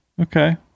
Okay